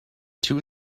two